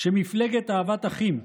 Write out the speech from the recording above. שמפלגת אהבת אחים,